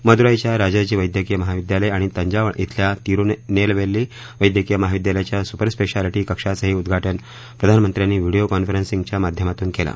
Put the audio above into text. मदुराईच्या राजाजी वैद्यकीय महाविदयालय आणि तंजावळ खिल्या तिरुनेलवेली वैद्यकीय महाविद्यालयाच्या सुपरस्पेशलिटी कक्षाचंही उद्घाटन प्रधानमंत्र्यांनी व्हिडीओ कॉन्फरन्सिंगच्या माध्यमातून केलं